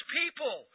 people